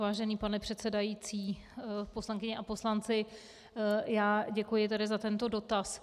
Vážený pane předsedající, poslankyně a poslanci, děkuji za tento dotaz.